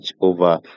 over